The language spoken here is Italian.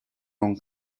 non